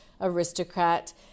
aristocrat